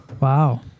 wow